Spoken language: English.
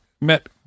met